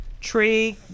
tree